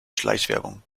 schleichwerbung